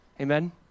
Amen